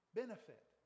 benefit